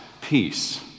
peace